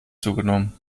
zugenommen